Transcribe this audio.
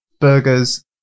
Burgers